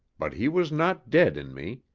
but he was not dead in me.